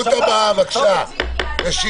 ההסתייגויות הבאות הן של חברי סיעת